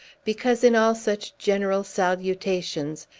because, in all such general salutations,